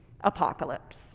apocalypse